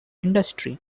industry